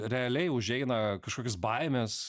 realiai užeina kažkoks baimės